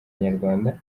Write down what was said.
inyarwanda